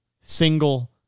single